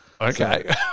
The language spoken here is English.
Okay